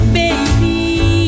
baby